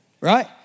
Right